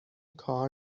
کار